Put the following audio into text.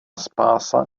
spása